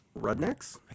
Rudnecks